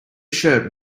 shirt